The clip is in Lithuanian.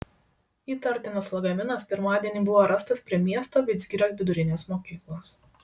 įtartinas lagaminas pirmadienį buvo rastas prie miesto vidzgirio vidurinės mokyklos